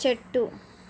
చెట్టు